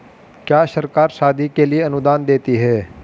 क्या सरकार शादी के लिए अनुदान देती है?